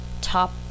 top